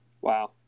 Wow